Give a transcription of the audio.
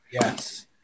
Yes